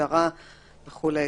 משטרה וכו'.